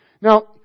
Now